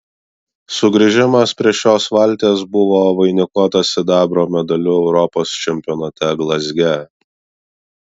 sugrįžimas prie šios valties buvo vainikuotas sidabro medaliu europos čempionate glazge